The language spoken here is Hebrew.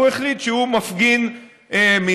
הוא החליט שהוא מפגין מנגד.